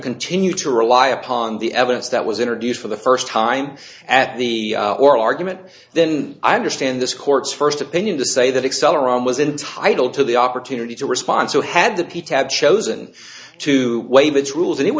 continue to rely upon the evidence that was introduced for the first time at the oral argument then i understand this court's first opinion to say that excel around was entitled to the opportunity to respond so had the p to have chosen to waive its rules and it would